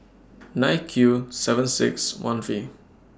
nine Q seven six one V